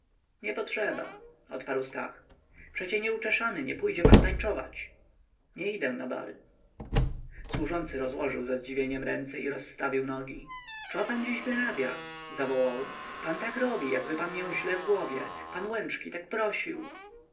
nie potrzeba odparł stach przecie nieuczeszany nie pójdzie pan tańczować nie idę na bal służący rozłożył ze zdziwieniem ręce i rozstawił nogi czo pan dziś wyrabia zawołał pan tak robi jakby pan miał źle w głowie pan łęczki tak prosił